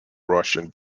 russian